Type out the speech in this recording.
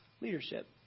leadership